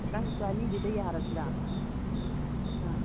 ꯈꯤꯇꯪ ꯆꯅꯤꯗꯨꯗ ꯌꯥꯔꯁꯤꯔꯥ ꯑꯥ